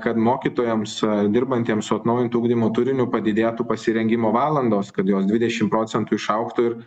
kad mokytojams dirbantiems su atnaujintu ugdymo turiniu padidėtų pasirengimo valandos kad jos dvidešimt procentų išaugtų ir